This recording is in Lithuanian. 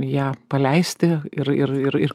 ją paleisti ir ir ir